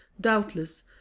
doubtless